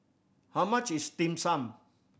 how much is Dim Sum